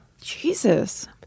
Jesus